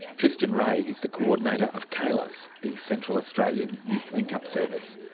yeah tristan ray is the coordinator of caylus, the central australian youth link-up service,